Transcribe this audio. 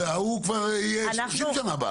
ההוא כבר יהיה 30 שנים בארץ.